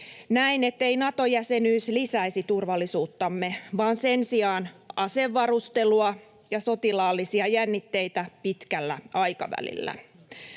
Näin, ettei Nato-jäsenyys lisäisi turvallisuuttamme vaan sen sijaan asevarustelua ja sotilaallisia jännitteitä pitkällä aikavälillä.